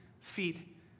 feet